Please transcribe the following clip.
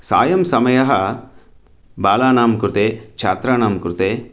सायं सामये बालानां कृते छात्राणां कृते